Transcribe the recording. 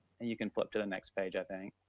and you can flip to the next page, i think,